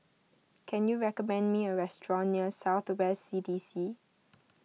can you recommend me a restaurant near South West C D C